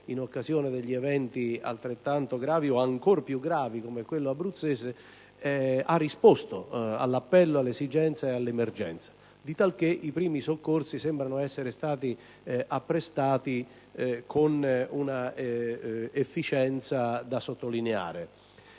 in occasione degli eventi altrettanto gravi, o ancor più gravi, come quello abruzzese) ha risposto all'appello, alle esigenze dell'emergenza, talché i primi soccorsi sembrano essere stati apprestati con un'efficienza da sottolineare.